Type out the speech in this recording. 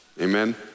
Amen